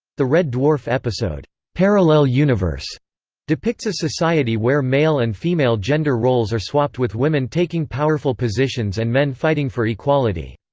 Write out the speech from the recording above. the red dwarf episode parallel universe depicts a society where male and female gender roles are swapped with women taking powerful positions and men fighting for equality.